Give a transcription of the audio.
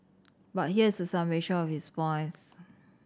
but here is a summation of his points